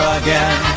again